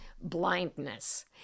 blindness